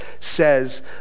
says